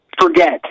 Forget